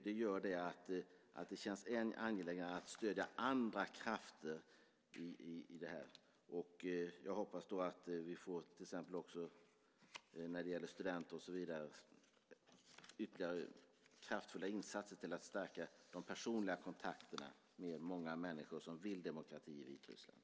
Det gör att det känns ännu angelägnare att stödja andra krafter här. Jag hoppas att vi till exempel också när det gäller studenter får ytterligare kraftfulla insatser för att stärka de personliga kontakterna med de många människor som vill ha demokrati i Vitryssland.